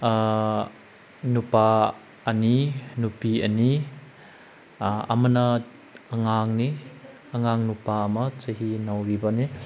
ꯅꯨꯄꯥ ꯑꯅꯤ ꯅꯨꯄꯤ ꯑꯅꯤ ꯑꯃꯅ ꯑꯉꯥꯡꯅꯤ ꯑꯉꯥꯡ ꯅꯨꯄꯥ ꯑꯃ ꯆꯍꯤ ꯅꯧꯔꯤꯕꯅꯤ